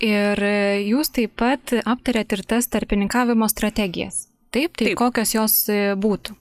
ir jūs taip pat aptarėt ir tas tarpininkavimo strategijas taip lyg kokios jos būtų